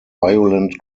violent